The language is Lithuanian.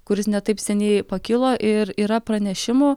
kuris ne taip seniai pakilo ir yra pranešimų